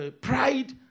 pride